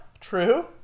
True